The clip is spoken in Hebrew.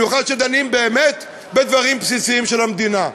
במיוחד כשדנים באמת בדברים בסיסיים של המדינה.